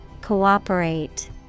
Cooperate